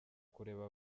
kureba